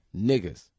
Niggas